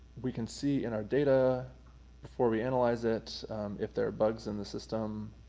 we can see in our data before we analyze it if there are bugs in the system,